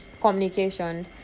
communication